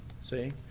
See